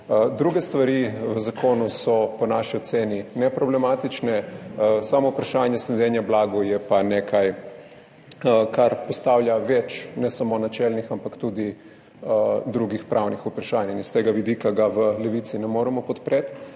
Druge stvari v zakonu so po naši oceni neproblematične, samo vprašanje sledenja blagu je pa nekaj, kar postavlja več ne samo načelnih, ampak tudi drugih pravnih vprašanj in iz tega vidika ga v Levici ne moremo podpreti.